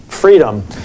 freedom